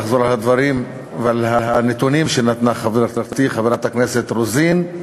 על הדברים ועל הנתונים שהביאה חברתי חברת הכנסת רוזין.